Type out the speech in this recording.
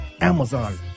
Amazon